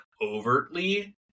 overtly